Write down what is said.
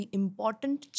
important